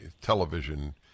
television